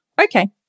okay